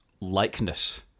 likeness